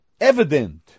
evident